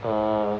ah